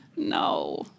No